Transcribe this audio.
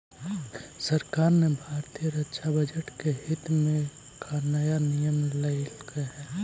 सरकार ने भारतीय रक्षा बजट के हित में का नया नियम लइलकइ हे